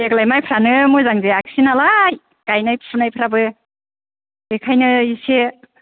देग्लाय माइफ्रानो मोजां जायाक्सै नालाय गाइनाय फुनायफ्राबो बेखायनो इसे